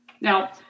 Now